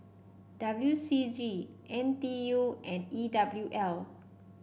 W C G N T U and E W L